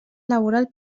laboral